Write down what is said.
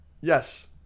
yes